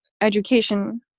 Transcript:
education